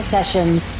Sessions